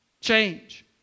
Change